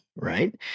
Right